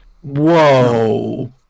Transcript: Whoa